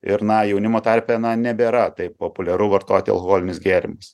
ir na jaunimo tarpe na nebėra taip populiaru vartoti alkoholinius gėrimus